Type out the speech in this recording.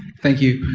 thank you.